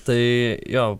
tai jo